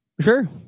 Sure